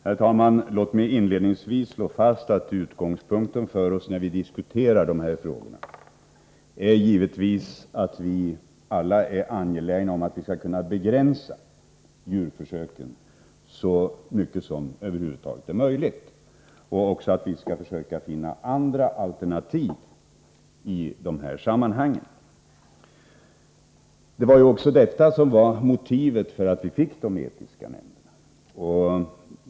Herr talman! Låt mig inledningsvis slå fast att utgångspunkten för oss när vi diskuterar dessa frågor givetvis är att vi alla är angelägna om att vi skall begränsa djurförsöken så mycket som det över huvud taget är möjligt och också att vi skall försöka finna andra alternativ i de här sammanhangen. Detta var ju också motivet för att de etiska nämnderna inrättades.